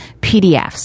PDFs